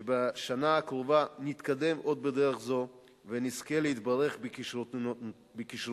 שבשנה הקרובה נתקדם עוד בדרך זו ונזכה להתברך בכשרונותיהם